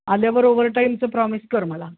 आल्यावर ओव्हरटाईमचं प्रॉमिस कर मला